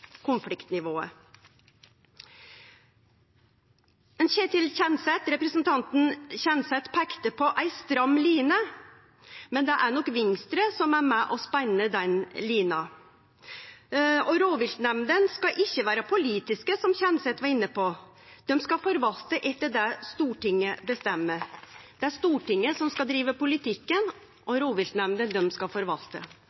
konfliktnivået. Representanten Ketil Kjenseth peikte på ei stram line, men det er nok Venstre som er med på å spenne den lina. Rovviltnemndene skal ikkje vere politiske, som Kjenseth var inne på, dei skal forvalte etter det Stortinget bestemmer. Det er Stortinget som skal drive politikken, og